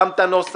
גם את הנוסח,